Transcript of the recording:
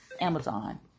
Amazon